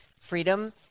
freedom